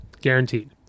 Guaranteed